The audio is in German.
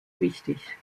wichtig